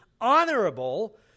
honorable